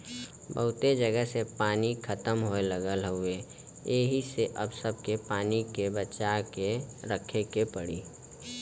बहुते जगह से पानी खतम होये लगल हउवे एही से अब सबके पानी के बचा के रखे के पड़ी